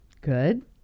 Good